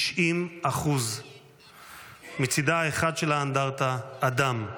90%. מצידה האחד של האנדרטה, אדם,